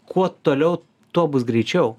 kuo toliau tuo bus greičiau